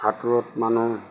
সাঁতোৰত মানুহ